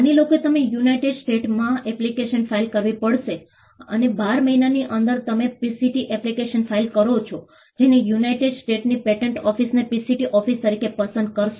માની લો કે તમારે યુનાઇટેડ સ્ટેટ્સમાં એપ્લિકેશન ફાઇલ કરવી પડશે અને 12 મહિનાની અંદર તમે પીસીટી એપ્લિકેશન ફાઇલ કરો છો જેને યુનાઇટેડ સ્ટેટ્સની પેટન્ટ ઓફિસને પીસીટી ઓફિસ તરીકે પસંદ કરશે